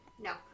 No